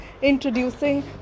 Introducing